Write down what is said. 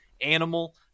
animal